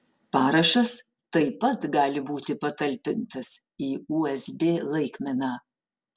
parašas taip pat gali būti patalpintas į usb laikmeną